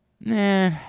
Nah